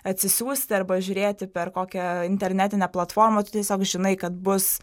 atsisiųsti arba žiūrėti per kokią internetinę platformą tu tiesiog žinai kad bus